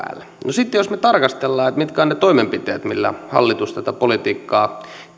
sitten jos me tarkastelemme mitkä ovat ne toimenpiteet millä hallitus tätä politiikkaa